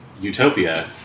utopia